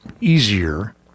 easier